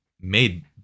made